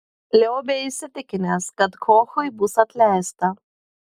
liobė įsitikinęs kad kochui bus atleista